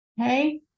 Okay